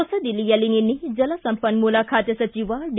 ಹೊಸದಿಲ್ಲಿಯಲ್ಲಿ ನಿನ್ನೆ ಜಲ ಸಂಪನ್ನೂಲ ಖಾತೆ ಸಚಿವ ಡಿ